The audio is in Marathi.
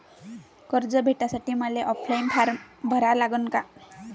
कर्ज भेटासाठी मले ऑफलाईन फारम भरा लागन का?